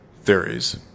theories